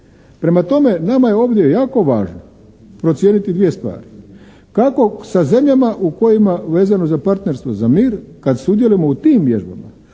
Prema tome nama je ovdje jako važno procijeniti dvije stvari. Kako sa zemljama u kojima vezano za Partnerstvo za mir kad sudjelujemo u tim vježbama